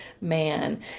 man